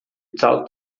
talked